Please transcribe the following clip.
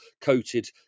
coated